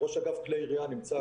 ראש אגף כלי ירייה נמצא,